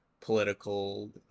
political